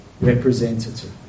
representative